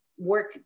work